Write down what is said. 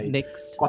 Next